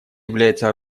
является